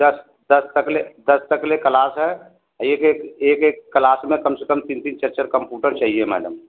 दस दस तक ले दस तक ले कलास है एक एक एक एक क्लास में कम से कम तीन तीन चार चार कंपूटर चाहिए मैडम